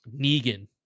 Negan